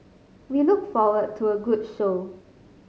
we look forward to a good show